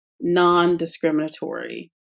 non-discriminatory